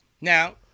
Now